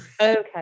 Okay